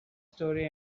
story